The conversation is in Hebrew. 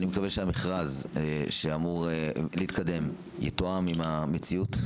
אני מקווה שהמכרז שאמור להתקדם יתואם עם המציאות.